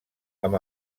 amb